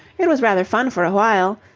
it was rather fun for a while.